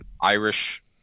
Irish